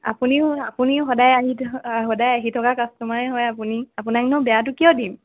আপুনিও আপুনিও সদায় আহি সদায় থকা কাষ্টমাৰেই হয় আপুনি আপোনাকনো বেয়াটো কিয় দিম